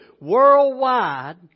Worldwide